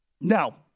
Now